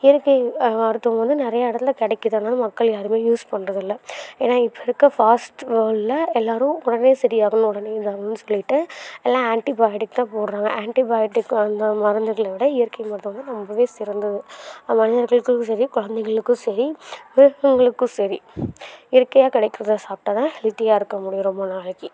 இயற்கை மருத்துவம் வந்து நிறையா இடத்துல கிடைக்கிது ஆனாலும் மக்கள் யாரும் யூஸ் பண்ணுறதில்ல ஏன்னா இப்போ இருக்கற ஃபாஸ்ட்டு வேர்ல்டில் எல்லோரும் உடனே சரி ஆகணும் உடனே இதாக ஆகணுன்னு சொல்லிட்டு எல்லா ஆண்ட்டிபயாட்டிக் தான் போடுறாங்க ஆண்ட்டிபயாட்டிக் அந்த மருந்துகளை விட இயற்கை மருத்துவம் தான் ரொம்பவே சிறந்தது மனிதர்களுக்கும் சரி குழந்தைங்களுக்கும் சரி மிருகங்களுக்கும் சரி இயற்கையாக கிடைக்கிறத சாப்பிட்டா தான் ஹெல்த்தியாக இருக்கற முடியும் ரொம்ப நாளைக்கு